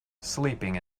sleeping